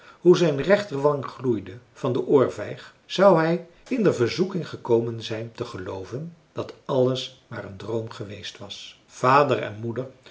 hoe zijn rechterwang gloeide van de oorvijg zou hij in de verzoeking gekomen zijn te gelooven dat alles maar een droom geweest was vader en moeder